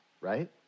right